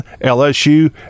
lsu